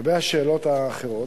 לגבי השאלות האחרות,